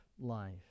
life